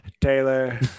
taylor